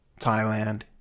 Thailand